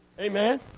Amen